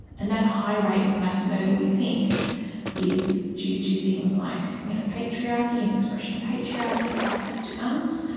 and that high rate of mass murder we think is due to things like you know patriarchy and the expression of and patriarchy, access to guns,